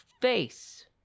face